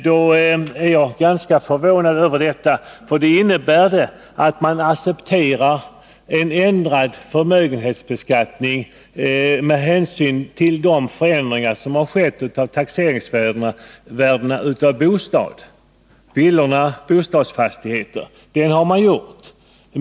Jag är ganska förvånad över detta uttalande, för det innebär att man accepterar en ändrad förmögenhetsbeskattning med hänsyn till de förändringar som skett av taxeringsvärdena för villor och bostadsfastigheter.